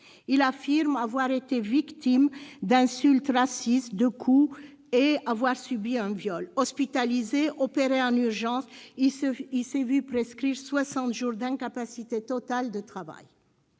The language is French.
Il affirme avoir été victime d'insultes racistes, de coups et avoir subi un viol. Hospitalisé, opéré en urgence, il s'est vu prescrire soixante jours d'incapacité totale de travail.